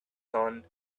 son